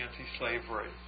anti-slavery